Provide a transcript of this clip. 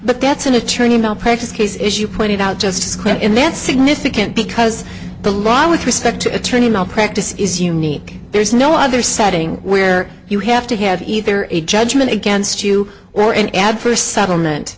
but that's an attorney malpractise case as you pointed out just going in that's significant because the law with respect to attorney not practice is unique there's no others setting where you have to have either a judgment against you or an ad for settlement